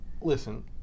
Listen